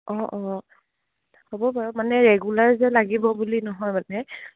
অঁ অঁ হ'ব বাৰু মানে ৰেগুলাৰ যে লাগিব বুলি নহয় মানে